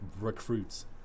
recruits